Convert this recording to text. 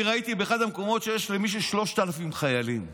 אני ראיתי באחד המקומות שיש למישהו 3,000 חיילים.